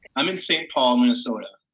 i'm in saint paul, minnesota.